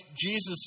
Jesus